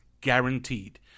guaranteed